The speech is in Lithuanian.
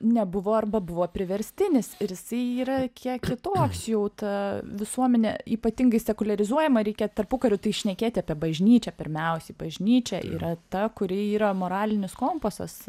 nebuvo arba buvo priverstinis ir jisai yra kiek kitoks jau ta visuomenė ypatingai sekuliarizuojama reikia tarpukariu tai šnekėt apie bažnyčią pirmiausiai bažnyčia yra ta kuri yra moralinis kompasas